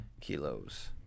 kilos